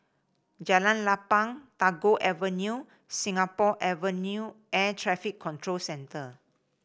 Jalan Lapang Tagore Avenue Singapore Avenue Air Traffic Control Centre